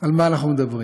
על מה אנחנו מדברים.